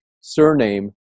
surname